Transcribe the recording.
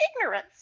ignorance